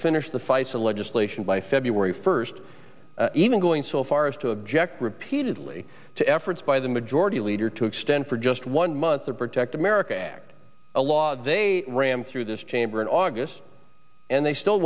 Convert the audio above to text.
finish the fight for legislation by february first even going so far as to object repeatedly to efforts by the majority leader to extend for just one month the protect america act a law they rammed through this chamber in august and they still